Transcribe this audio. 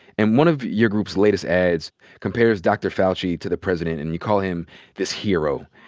and one of your group's latest ads compares dr. fauci to the president, and you call him this hero.